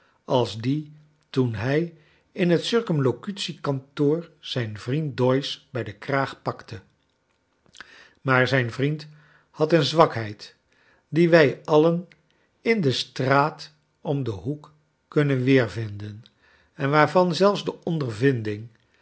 als die toen hij in bet circumlocutie kantoor zijn vriend doyce bij de kraag pakte maar zijn vriend had een zwakheid die wij alien in de straat om den hoek kunnen weervinden en waarvan zelfs de ondervinding